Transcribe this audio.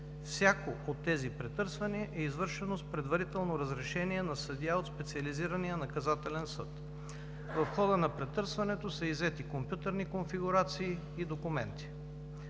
всяко от тези претърсвания е извършено с предварително разрешение на съдия от Специализирания наказателен съд. В хода на претърсването са иззети компютърни конфигурации и документи.